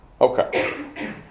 Okay